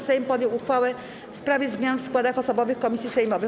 Sejm podjął uchwałę w sprawie zmian w składach osobowych komisji sejmowych.